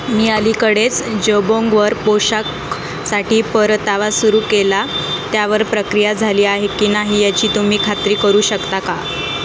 मी अलीकडेच जेबोंगवर पोशाखासाठी परतावा सुरू केला त्यावर प्रक्रिया झाली आहे की नाही याची तुम्ही खात्री करू शकता का